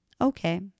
Okay